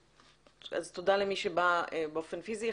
אז תודה למי שבא באופן פיזי.